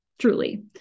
truly